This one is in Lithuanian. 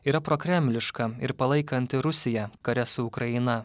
yra prokremliška ir palaikanti rusiją kare su ukraina